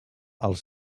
els